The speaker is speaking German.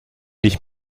ich